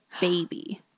baby